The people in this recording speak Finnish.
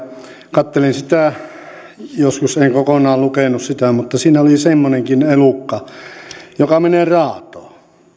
katselin sitä joskus en kokonaan lukenut sitä ja siinä oli semmoinenkin elukka joka menee raatoon